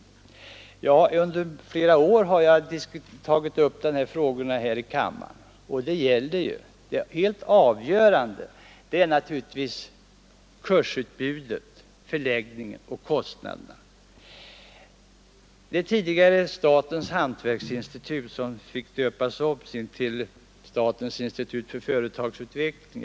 Under flera år har jag tagit upp dessa frågor här i riksdagen. Det helt avgörande är naturligtvis kursutbudet, förläggningen och kostnaderna. Det tidigare statens hantverksinstitut döptes ju om till statens institut för företagsutveckling.